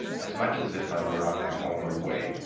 as much as if i were on my homeward way.